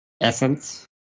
essence